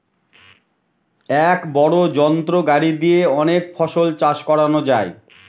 এক বড় যন্ত্র গাড়ি দিয়ে অনেক ফসল চাষ করানো যায়